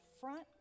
front